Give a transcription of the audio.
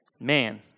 Man